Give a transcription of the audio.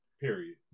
Period